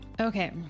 Okay